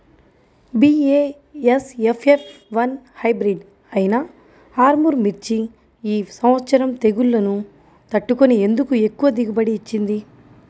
BASF F one hybrid అయినా ఆర్ముర్ మిర్చి ఈ సంవత్సరం తెగుళ్లును తట్టుకొని ఎందుకు ఎక్కువ దిగుబడి ఇచ్చింది?